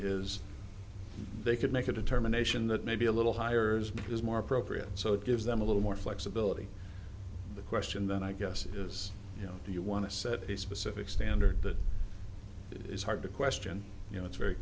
is they could make a determination that maybe a little hires is more appropriate so it gives them a little more flexibility the question then i guess is you know do you want to set a specific standard that is hard to question you know it's very